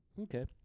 Okay